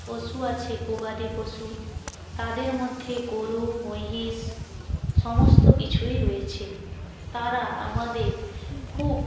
পশু আছে গবাদি পশু তাদের মধ্যে গরু মহিষ সমস্ত কিছুই রয়েছে তারা আমাদের খুব